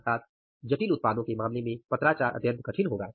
अर्थात जटिल उत्पादों के मामले में पत्राचार अत्यंत कठिन होगा